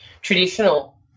traditional